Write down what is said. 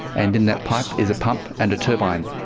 and in that pipe is a pump and a turbine.